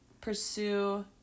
pursue